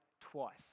twice